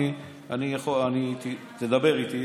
תדבר איתי.